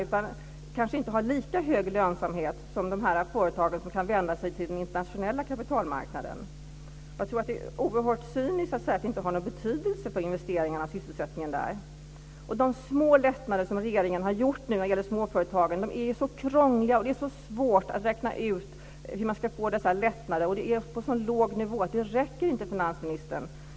De har kanske inte lika hög lönsamhet som de företag som kan vända sig till den internationella kapitalmarknaden. Jag tycker att det är oerhört cyniskt att säga att det inte har någon betydelse för investeringarna och sysselsättningen i dessa företag. De små lättnader som regeringen har gjort när det gäller småföretagen är ju så krångliga. Det är så svårt att räkna ut hur man ska få dessa lättnader. Det är på en så låg nivå att det inte räcker, finansministern.